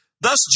Thus